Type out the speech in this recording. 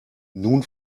nun